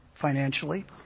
financially